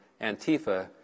Antifa